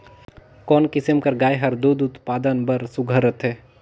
कोन किसम कर गाय हर दूध उत्पादन बर सुघ्घर रथे?